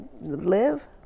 live